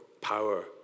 Power